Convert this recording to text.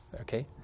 okay